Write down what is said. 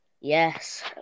Yes